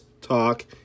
talk